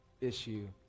issue